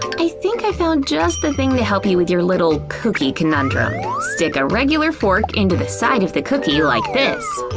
i think i found just the thing to help you with your little cookie conundrum stick a regular fork into the side of the cookie like this.